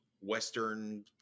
western